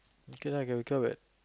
okay lah you can recovered